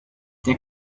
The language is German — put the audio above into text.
der